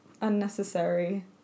unnecessary